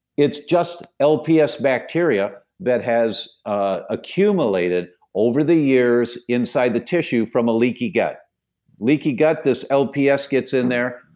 it's just lps bacteria that has accumulated over the years inside the tissue from a leaky gut leaky gut, this lps gets in there,